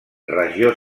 regió